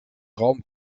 raum